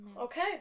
Okay